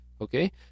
Okay